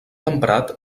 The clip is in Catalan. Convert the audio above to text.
emprat